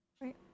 right